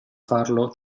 farlo